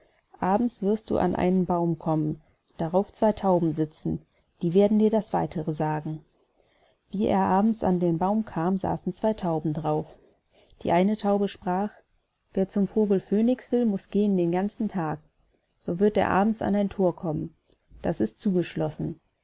abends wirst du an einen baum kommen darauf zwei tauben sitzen die werden dir das weitere sagen wie er abends an den baum kam saßen zwei tauben drauf die eine taube sprach wer da zum vogel phönix will muß gehen den ganzen tag so wird er abends an ein thor kommen das ist zugeschlossen